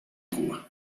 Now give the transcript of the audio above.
cuba